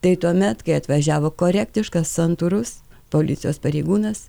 tai tuomet kai atvažiavo korektiškas santūrus policijos pareigūnas